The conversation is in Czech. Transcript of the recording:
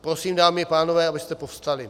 Prosím, dámy a pánové, abyste povstali.